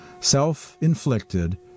self-inflicted